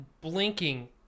blinking